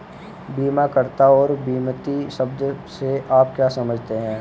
बीमाकर्ता और बीमित शब्द से आप क्या समझते हैं?